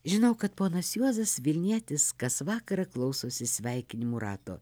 žinau kad ponas juozas vilnietis kas vakarą klausosi sveikinimų rato